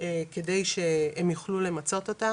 כדי שהם יוכלו למצות אותה